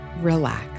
Relax